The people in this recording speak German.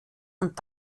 und